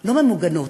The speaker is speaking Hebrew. לא ממוגנות.